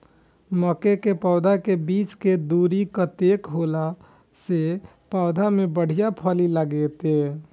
मके के पौधा के बीच के दूरी कतेक होला से पौधा में बढ़िया फली लगते?